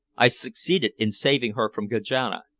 i succeeded in saving her from kajana,